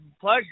Pleasure